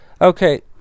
Okay